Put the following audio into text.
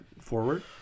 forward